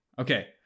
Okay